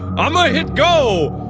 i'ma hit go!